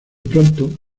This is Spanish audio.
pronto